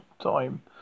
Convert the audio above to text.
time